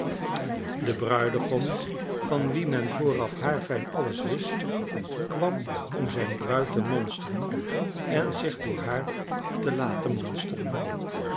de bruidegom van wien men vooraf haarfijn alles wist kwam om zijn bruid te monsteren en zich door haar te laten monsteren